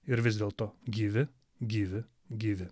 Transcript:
ir vis dėl to gyvi gyvi gyvi